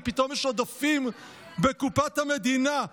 כי פתאום יש עודפים בקופת המדינה.